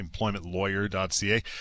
employmentlawyer.ca